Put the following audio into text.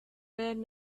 been